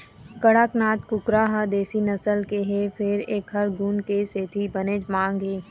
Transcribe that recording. कड़कनाथ कुकरा ह देशी नसल के हे फेर एखर गुन के सेती बनेच मांग हे